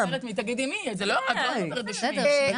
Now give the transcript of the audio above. בסדר,